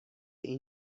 این